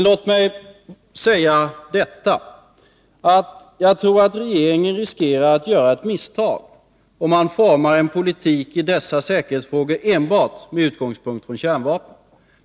Låt mig säga detta: Jag tror att regeringen riskerar att göra ett misstag om man formar en politik i dessa säkerhetsfrågor med utgångspunkt enbart i kärnvapnen.